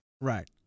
Right